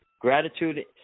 gratitude